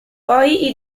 poi